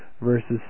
verses